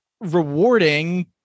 rewarding